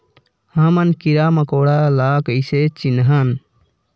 हमन कीरा मकोरा ला कइसे चिन्हन?